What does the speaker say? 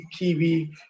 TV